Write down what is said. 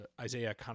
Isaiah